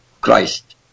Christ